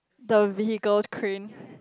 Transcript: the vehicle crane